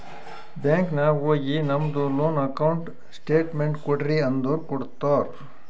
bank ನಾಗ್ ಹೋಗಿ ನಮ್ದು ಲೋನ್ ಅಕೌಂಟ್ ಸ್ಟೇಟ್ಮೆಂಟ್ ಕೋಡ್ರಿ ಅಂದುರ್ ಕೊಡ್ತಾರ್